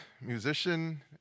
musician